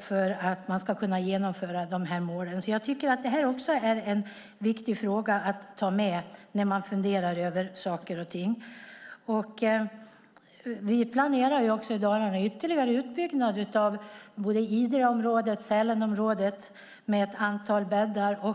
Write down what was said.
för att kunna genomföra de här målen. Jag tycker att det här också är en viktig fråga att ta med när man funderar över saker och ting. Vi planerar i Dalarna ytterligare utbyggnad av både Idreområdet och Sälenområdet med ett antal bäddar.